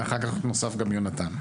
אחר כך נוסף גם יונתן.